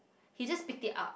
he just picked it up